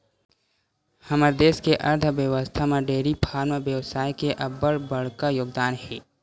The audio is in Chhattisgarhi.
हमर देस के अर्थबेवस्था म डेयरी फारम बेवसाय के अब्बड़ बड़का योगदान हे